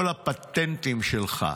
כל הפטנטים שלך,